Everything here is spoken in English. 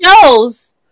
shows